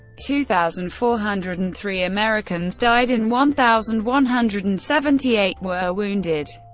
two thousand four hundred and three americans died and one thousand one hundred and seventy eight were wounded.